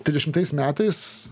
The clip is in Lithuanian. trisdešimtais metais